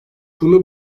bunu